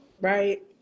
Right